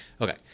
Okay